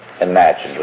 imagined